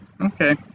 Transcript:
okay